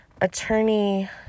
Attorney